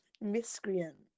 Miscreant